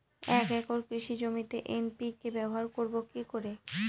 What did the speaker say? এক একর কৃষি জমিতে এন.পি.কে ব্যবহার করব কি করে?